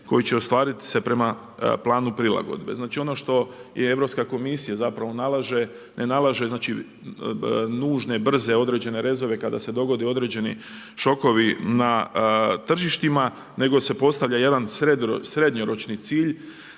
koji će ostvariti se prema planu prilagodne. Znači, ono što je EK zapravo nalaže, ne nalaže znači nužne, brze, određene rezove kada se dogode određeni šokovi na tržištima, nego se postavlja jedan srednjoročni cilj